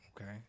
Okay